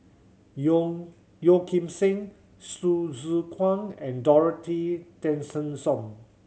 Yong Yeo Kim Seng Hsu Tse Kwang and Dorothy Tessensohn